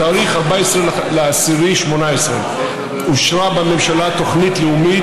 בתאריך 14 באוקטובר 2018 אושרה בממשלה תוכנית לאומית